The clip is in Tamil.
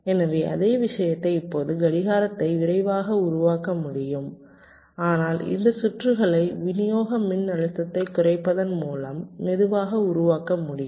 எனவே அதே விஷயத்தை இப்போது கடிகாரத்தை விரைவாக உருவாக்க முடியும் ஆனால் இந்த சுற்றுகளை விநியோக மின்னழுத்தத்தைக் குறைப்பதன் மூலம் மெதுவாக உருவாக்க முடியும்